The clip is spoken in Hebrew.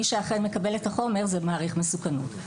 מי שאכן מקבל את החומר זה מעריך מסוכנות.